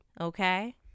Okay